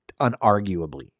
unarguably